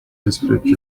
desperate